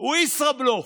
הוא ישראבלוף.